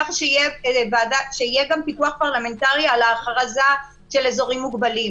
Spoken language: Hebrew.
כך שיהיה גם פיקוח פרלמנטרי על ההכרזה של אזורים מוגבלים.